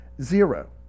Zero